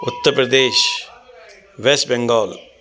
Uttar Pradesh West Bengal